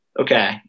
okay